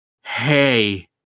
hey